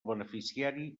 beneficiari